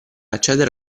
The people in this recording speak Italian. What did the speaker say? accedere